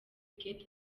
gates